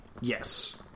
Yes